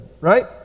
right